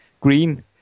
Green